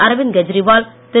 Aravind Kejriwal Thiru